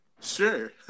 Sure